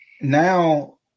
now